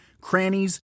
crannies